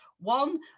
One